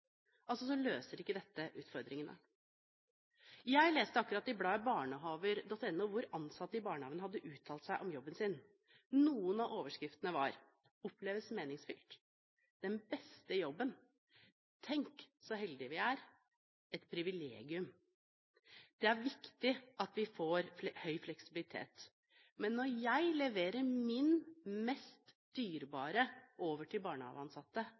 Så dette løser altså ikke utfordringene. Jeg leste akkurat i magasinet barnehage.no, hvor ansatte i barnehagen har uttalt seg om jobben sin. Noen av overskriftene var: «Oppleves meningsfylt», «Den beste jobben», «Tenk så heldige vi er», «Et privilegium». Det er viktig at vi får en høy grad av fleksibilitet, men når jeg leverer det mest dyrebare jeg har, over til barnehageansatte,